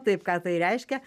taip ką tai reiškia